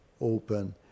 open